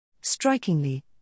Strikingly